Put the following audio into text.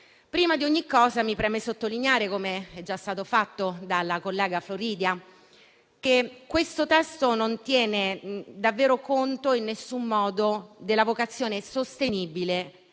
Prima di ogni cosa, mi preme sottolineare, com'è già stato fatto dalla collega Floridia, che questo testo non tiene davvero conto, in alcun modo, della vocazione sostenibile